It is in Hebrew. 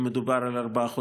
אם מדובר על ארבעה חודשים.